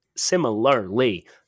Similarly